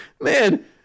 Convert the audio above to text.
Man